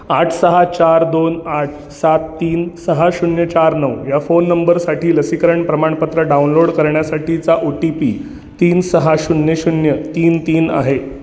आठ सहा चार दोन आठ सात तीन सहा शून्य चार नऊ या फोन नंबरसाठी लसीकरण प्रमाणपत्र डाउनलोड करण्यासाठीचा ओ टी पी तीन सहा शून्य शून्य तीन तीन आहे